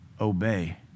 obey